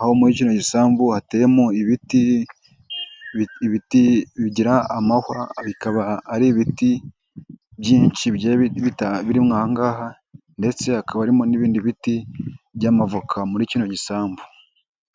aho muri kino gisambu hateyemo ibiti bigira amahwa, bikaba ari ibiti byinshi birimo aha ngaha, ndetse hakaba harimo n'ibindi biti by'amavoka muri kino gisambu.